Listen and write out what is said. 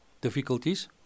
difficulties